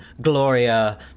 Gloria